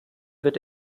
wird